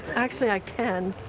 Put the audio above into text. actually i can